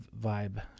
vibe